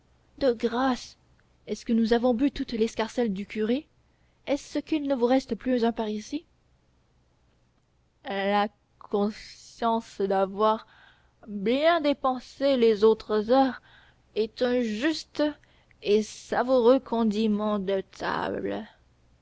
de grâce est-ce que nous avons bu toute l'escarcelle du curé est-ce qu'il ne vous reste plus un parisis la conscience d'avoir bien dépensé les autres heures est un juste et savoureux condiment de table